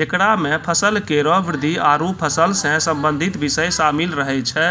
जेकरा म फसल केरो वृद्धि आरु फसल सें संबंधित बिषय शामिल रहै छै